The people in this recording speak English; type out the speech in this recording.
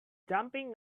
jumping